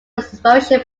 inspiration